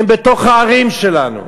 הם בתוך הערים שלנו.